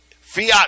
fiat